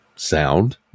sound